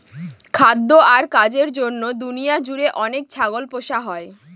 খাদ্য আর কাজের জন্য দুনিয়া জুড়ে অনেক ছাগল পোষা হয়